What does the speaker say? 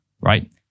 right